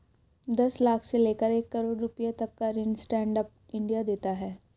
दस लाख से लेकर एक करोङ रुपए तक का ऋण स्टैंड अप इंडिया देता है